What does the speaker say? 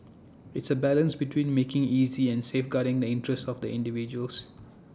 it's A balance between making easy and safeguarding the interests of the individuals